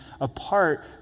apart